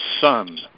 son